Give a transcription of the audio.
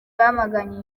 bamaganye